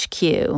HQ